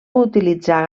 utilitzar